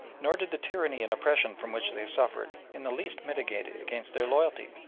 nor did the tyranny and oppression from which they suffered in the least militate against their loyalty,